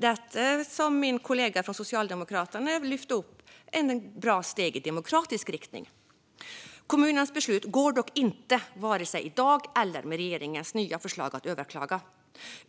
Detta har min kollega från Socialdemokraterna lyft upp som ett bra steg i demokratisk riktning. Kommunens beslut går dock inte att vare sig i dag eller med regeringens nya förslag att överklaga,